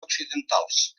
occidentals